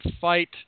fight